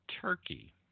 Turkey